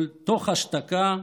תוך השתקה,